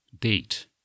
date